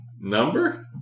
number